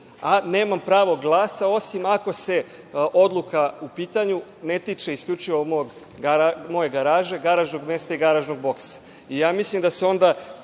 A nemam pravo glasa, osim ako se odluka u pitanju ne tiče isključivo moje garaže, garažnog mesta i garažnog boksa. Mislim da se onda